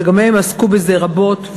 שגם הם עסקו בזה רבות,